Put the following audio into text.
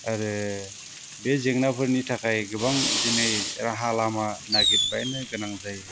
आरो बे जेंनाफोरनि थाखाय गोबां दिनै राहा लामा नागिरबायनो गोनां जायो